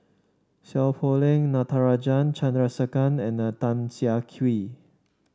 Seow Poh Leng Natarajan Chandrasekaran and Tan Siah Kwee